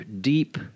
deep